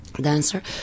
dancer